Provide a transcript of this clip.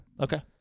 Okay